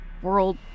world